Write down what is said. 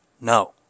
No